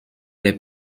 les